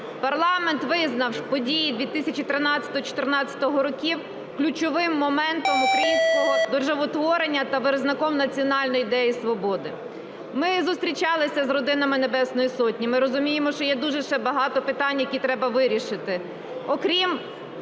Парламент визнав події 2013-2014 років ключовим моментом українського державотворення та виразником національної ідеї свободи. Ми зустрічалися з родинами Небесної Сотні, ми розуміємо, що є дуже ще багато питань, які треба вирішити.